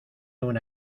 una